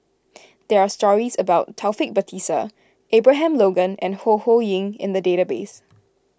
there are stories about Taufik Batisah Abraham Logan and Ho Ho Ying in the database